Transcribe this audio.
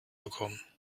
bekommen